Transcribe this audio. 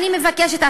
אני מבקשת,